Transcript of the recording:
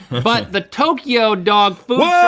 but the tokyo dog food